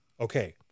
Okay